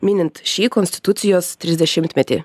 minint šį konstitucijos trisdešimtmetį